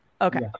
Okay